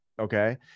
okay